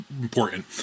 important